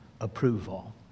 approval